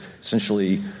essentially